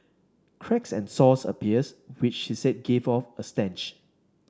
cracks and sores appear which she said give off a stench